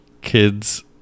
kids